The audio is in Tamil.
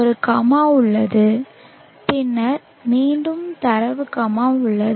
ஒரு கமா உள்ளது பின்னர் மீண்டும் தரவு கமா உள்ளது